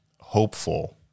hopeful